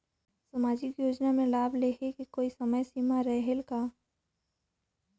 समाजिक योजना मे लाभ लहे के कोई समय सीमा रहे एला कौन?